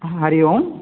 Hari Om